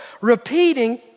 repeating